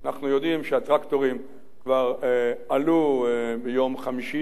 אנחנו יודעים שהטרקטורים כבר עלו ביום חמישי,